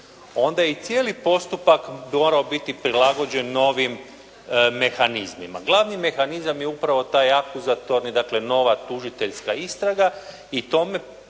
onda i cijeli postupak morao biti prilagođen novim mehanizmima. Glavni mehanizam je upravo taj akuzatorni, dakle nova tužiteljska istraga i tome